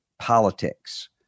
Politics